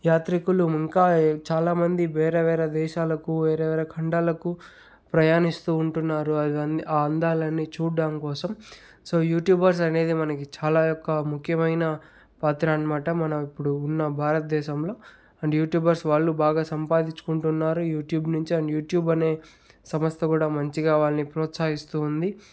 యాత్రికులు ఇంకా చాలా మంది వేరే వేరే దేశాలకు వేరే వేరే ఖండాలకు ప్రయాణిస్తూ ఉంటున్నారు అవన్నీ ఆ అందాలన్ని చూడడం కోసం సో యూట్యూబర్స్ అనేది మనకి చాలా యొక్క ముఖ్యమైన పాత్ర అనమాట మన ఇప్పుడు ఉన్న భారతదేశంలో అండ్ యూట్యూబర్స్ వాళ్ళు బాగా సంపాదించుకుంటూ ఉన్నారు యూట్యూబ్ నుంచి అండ్ యూట్యూబ్ అనే సంస్థ కూడా మంచిగా వాళ్ళని ప్రోత్సహిస్తూ ఉంది